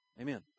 Amen